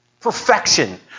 perfection